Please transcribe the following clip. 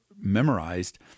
memorized